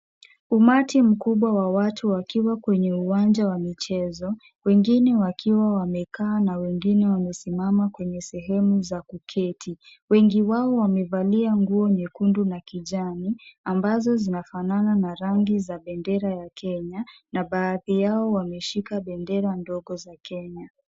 Umati mkubwa wa watu wakiwa kwenye uwanja wa michezo, wengine wakiwa wamekaa na wengine wamesimama kwenye sehemu za kuketi. Wengi wao wamevalia nguo nyekundu na kijani, ambazo zinafanana na rangi za bendera ya Kenya na baadhi yao wameshika bendera ndogo za Kenya.